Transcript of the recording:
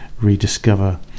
rediscover